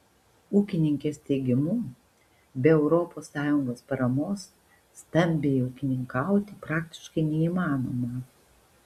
ūkininkės teigimu be europos sąjungos paramos stambiai ūkininkauti praktiškai neįmanoma